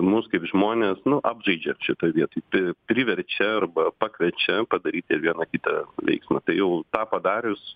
mus kaip žmones nu apžaidžia šitoj vietoj pi priverčia arba pakviečia padaryti vieną kitą veiksmą tai jau tą padarius